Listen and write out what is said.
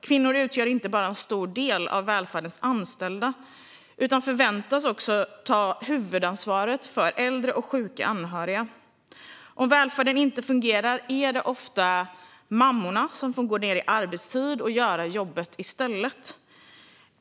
Kvinnor utgör inte bara en stor del av välfärdens anställda utan förväntas också ta huvudansvaret för äldre och sjuka anhöriga. Om välfärden inte fungerar är det ofta mammorna som får gå ned i arbetstid och göra jobbet i stället.